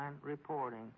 reporting